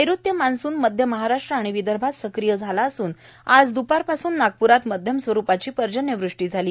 नैऋत्य मान्सून मध्य महाराष्ट्र आणि विदर्भात सक्रिय झाला असून आज द्रपारपासून नागपुरात मध्यम स्वरूपाची पर्जन्यवृष्टी झाली